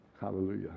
Hallelujah